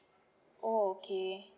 orh okay